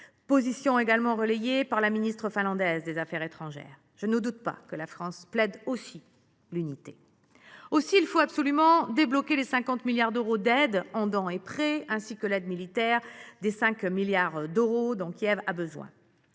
position également relayée par la ministre finlandaise des affaires étrangères. Je ne doute pas que la France plaide aussi en faveur de l’unité. Aussi, il faut absolument débloquer les 50 milliards d’euros d’aides en dons et prêts, ainsi que l’aide militaire de 5 milliards d’euros dont Kiev a besoin.